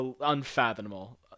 unfathomable